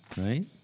right